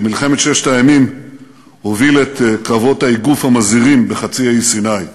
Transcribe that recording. במלחמת ששת הימים הוביל את קרבות האיגוף המזהירים בחצי האי סיני.